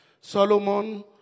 Solomon